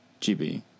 GB